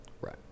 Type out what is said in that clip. right